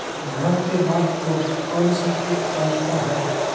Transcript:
धान के बाल को कौन सा किट काटता है?